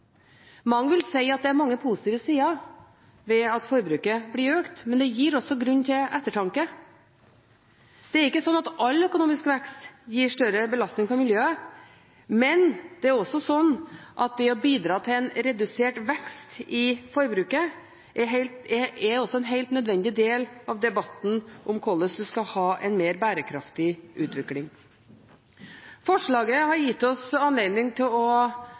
Mange vil si at det er mange positive sider ved at forbruket blir økt, men det gir også grunn til ettertanke. Det er ikke slik at all økonomisk vekst gir større belastning på miljøet, men det å bidra til redusert vekst i forbruket er en helt nødvendig del av debatten om hvordan man skal ha en mer bærekraftig utvikling. Forslaget har gitt oss anledning til å